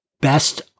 Best